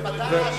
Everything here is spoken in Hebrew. זה מדע?